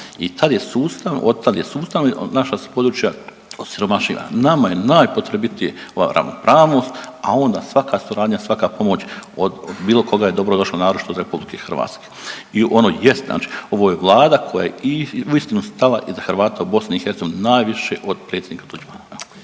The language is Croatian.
od tad je sustavno naša su područja osiromašivana. Nama je najpotrebitije ova ravnopravnost, a onda svaka suradnja, svaka pomoć od bilo koga je dobro došla naročito od RH. I ono jest znači, ovo je vlada koja je uistinu stala iza Hrvata u BiH najviše od predsjednika Tuđmana.